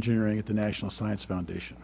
engineering at the national science foundation